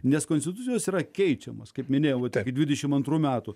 nes konstitucijos yra keičiamos kaip minėjau tiek dvidešimt antrų metų